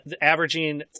averaging